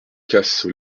casse